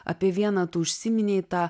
apie vieną tu užsiminei tą